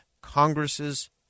Congress's